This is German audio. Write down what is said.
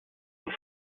auch